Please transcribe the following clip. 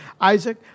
Isaac